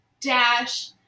dash